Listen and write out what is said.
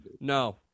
No